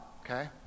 okay